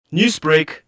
Newsbreak